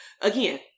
Again